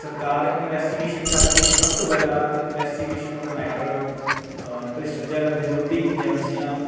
ਸਰਕਾਰ ਇਨਵੈਸਟੀਗੇਸ਼ਨ ਕਰਕੇ ਸਭ ਤੋਂ ਪਹਿਲਾਂ ਇਨਵੈਸਟੀਗੇਸ਼ਨ ਆਫ ਮੈਟਰ ਭ੍ਰਿਸ਼ਟਾਚਾਰ ਵਿਰੋਧੀ ਏਜੰਸੀਆਂ